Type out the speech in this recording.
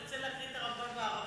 תרצה להקריא את הרמב"ם בערבית,